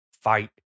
fight